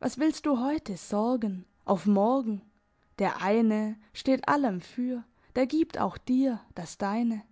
was willst du heute sorgen auf morgen der eine steht allem für der gibt auch dir das deine